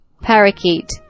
Parakeet